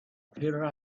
here